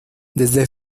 desde